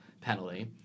penalty